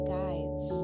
guides